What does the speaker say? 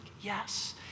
yes